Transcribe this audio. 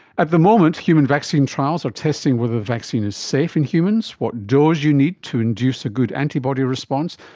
at the moment, human vaccine trials are testing whether the vaccine is safe in humans, what dose you need to induce a good antibody response,